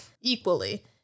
equally